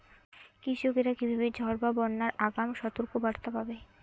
কৃষকেরা কীভাবে ঝড় বা বন্যার আগাম সতর্ক বার্তা পাবে?